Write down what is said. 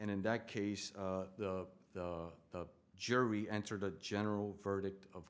and in that case the jury entered a general verdict of